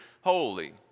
holy